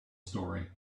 story